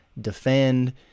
defend